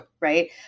right